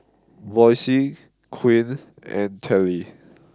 Boysie Quinn and Dellie